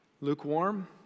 lukewarm